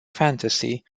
fantasy